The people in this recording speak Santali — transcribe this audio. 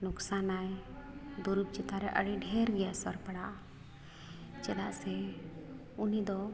ᱞᱚᱥᱠᱟᱱᱟᱭ ᱫᱩᱨᱤᱵᱽ ᱪᱮᱛᱟᱱᱨᱮ ᱟᱹᱰᱤ ᱰᱷᱮᱨᱜᱮ ᱮᱥᱮᱨ ᱯᱟᱲᱟᱜᱼᱟ ᱪᱮᱫᱟᱜ ᱥᱮ ᱩᱱᱤᱫᱚ